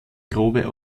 grobe